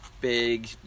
big